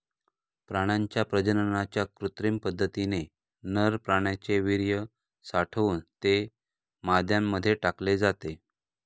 प्राण्यांच्या प्रजननाच्या कृत्रिम पद्धतीने नर प्राण्याचे वीर्य साठवून ते माद्यांमध्ये टाकले जाते